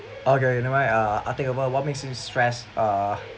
okay okay never mind uh I'll think about what makes you stress uh